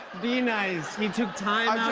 be nice. we took time out